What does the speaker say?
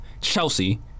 Chelsea